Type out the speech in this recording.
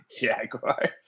Jaguars